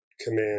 command